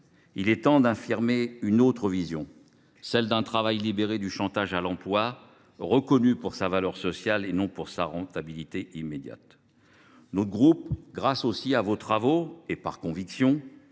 Il est temps d’affirmer une autre vision, celle d’un travail libéré du chantage à l’emploi, reconnu pour sa valeur sociale et non pour sa rentabilité immédiate. Grâce à vos travaux, monsieur